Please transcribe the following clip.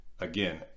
again